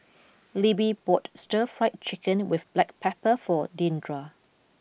Libby bought Stir Fried Chicken with black pepper for Deandra